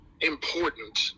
important